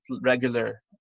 regular